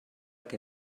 què